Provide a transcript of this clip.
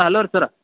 ಹಾಂ ಅಲೋ ರೀ ಸರ್